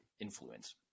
influence